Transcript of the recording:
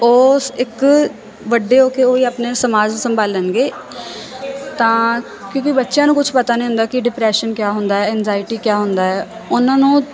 ਉਸ ਇੱਕ ਵੱਡੇ ਹੋ ਕੇ ਉਹੀ ਆਪਣੇ ਸਮਾਜ ਸੰਭਾਲਣਗੇ ਤਾਂ ਕਿਉਂਕਿ ਬੱਚਿਆਂ ਨੂੰ ਕੁਝ ਪਤਾ ਨਹੀਂ ਹੁੰਦਾ ਕਿ ਡਿਪਰੈਸ਼ਨ ਕਿਆ ਹੁੰਦਾ ਇਨਜਾਇਟੀ ਕਿਆ ਹੁੰਦਾ ਉਹਨਾਂ ਨੂੰ